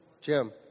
Jim